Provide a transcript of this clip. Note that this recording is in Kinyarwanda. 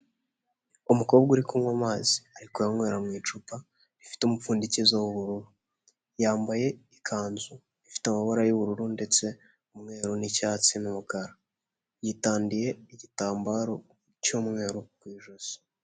Umukobwa uri kunywa amazi, ari kuyanywera mu icupa rifite umupfundikizo w'ubururu; yambaye ikanzu ifite amabara y'ubururu ndetse umweru n'icyatsi n'umukara; yitandiye igitambaro cy'umweru ku ijosi.